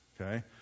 Okay